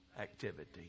activity